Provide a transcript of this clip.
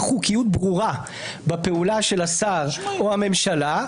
חוקיות ברורה בפעולה של השר או הממשלה,